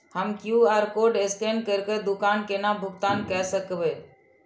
हम QR code scan करके दुकान केना भुगतान काय सकब?